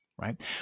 Right